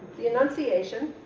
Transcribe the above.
the annunciation.